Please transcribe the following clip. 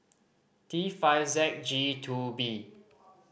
T five Z G Two B